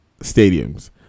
stadiums